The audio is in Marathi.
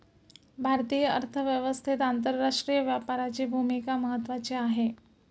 भारतीय अर्थव्यवस्थेत आंतरराष्ट्रीय व्यापाराची भूमिका महत्त्वाची आहे